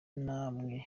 namwe